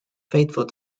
faithful